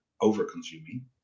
over-consuming